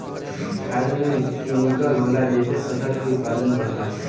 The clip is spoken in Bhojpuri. खाद में केमिकल होला जेसे फसल के उत्पादन बढ़ला